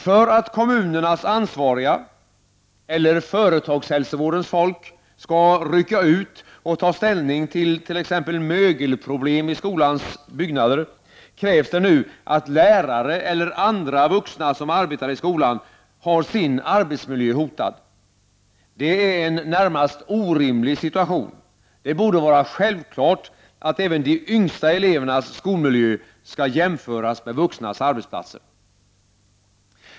För att kommunernas ansvariga, eller företagshälsovårdens folk, skall ”rycka ut” och ta ställning till t.ex. mögelproblem i skolans byggnader krävs det nu att lärare eller andra vuxna, som arbetar i skolan, har sin arbetsmiljö hotad. Det är en närmast orimlig situation. Det borde vara självklart att även de yngsta elevernas skolmiljö skall jämföras med vuxnas arbetsplatser.